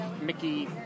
Mickey